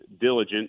diligent